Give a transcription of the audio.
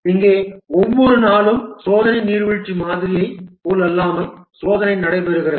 இங்கே ஒவ்வொரு நாளும் சோதனை நீர்வீழ்ச்சி மாதிரியைப் போலல்லாமல் சோதனை நடைபெறுகிறது